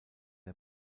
der